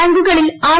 ബാങ്കുകളിൽ ആർ